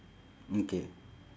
okay